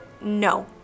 No